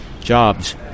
jobs